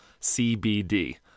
CBD